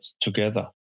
together